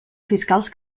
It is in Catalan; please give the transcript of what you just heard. fiscals